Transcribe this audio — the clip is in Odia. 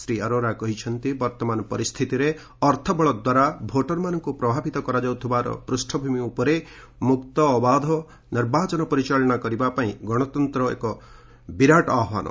ଶ୍ରୀ ଅରୋରା କହିଛନ୍ତି ବର୍ତ୍ତମାନ ପରିସ୍ଥିତିରେ ଅର୍ଥବଳ ଦ୍ୱାରା ଭୋଟରମାନଙ୍କୁ ପ୍ରଭାବିତ କରାଯାଉଥିବାର ପୃଷ୍ଠଭୂମି ଉପରେ ମୁକ୍ତ ଅବାଧ ନିର୍ବାଚନ ପରିଚାଳନା କରିବା ଗଣତନ୍ତ୍ର ପାଇଁ ଏକ ବିରାଟ ଆହ୍ୱାନ